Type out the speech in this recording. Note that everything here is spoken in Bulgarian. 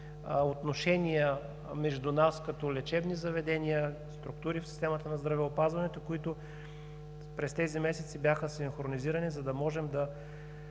отношения между нас като лечебни заведения, структури в системата на здравеопазването, които през тези месеци бяха синхронизирани, за да можем да